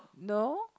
no